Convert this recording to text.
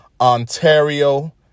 Ontario